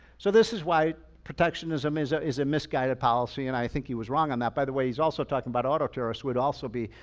so this is why protectionism is ah is a misguided policy. and i think he was wrong on that. by the way, he's also talking about auto terrorists would also be,